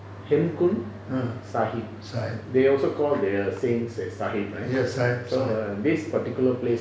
ah sahib yes sahibs